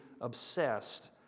obsessed